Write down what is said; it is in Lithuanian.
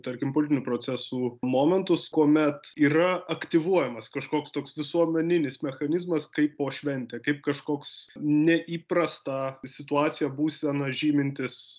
tarkim politinių procesų momentus kuomet yra aktyvuojamas kažkoks toks visuomeninis mechanizmas kaip po šventę kaip kažkoks neįprastą situaciją būseną žymintis